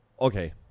Okay